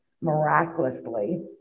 Miraculously